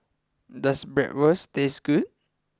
does Bratwurst taste good